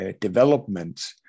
development